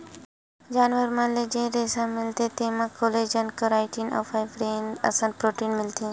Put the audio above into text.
जानवर मन ले जेन रेसा मिलथे तेमा कोलेजन, केराटिन अउ फाइब्रोइन असन प्रोटीन मिलथे